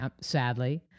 sadly